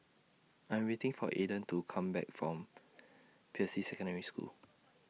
I'm waiting For Aedan to Come Back from Peirce Secondary School